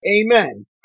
Amen